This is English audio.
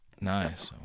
Nice